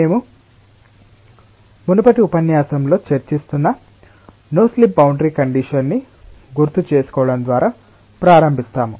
మేము మునుపటి ఉపన్యాసంలో చర్చిస్తున్న నో స్లిప్ బౌండరీ కండిషన్ ని గుర్తుచేసుకోవడం ద్వారా ప్రారంభిస్తాము